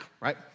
right